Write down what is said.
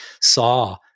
saw